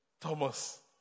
Thomas